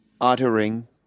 uttering